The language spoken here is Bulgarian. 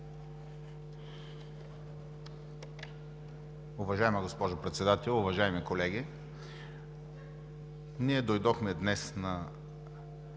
Уважаема госпожо Председател, уважаеми колеги! Ние дойдохме днес в